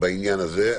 בעניין הזה.